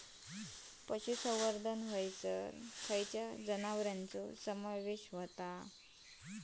पशुसंवर्धन हैसर खैयच्या जनावरांचो समावेश व्हता?